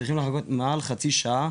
צריך לחכות מעל חצי שעה,